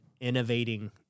innovating